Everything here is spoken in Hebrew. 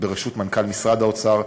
בראשות מנכ"ל משרד האוצר,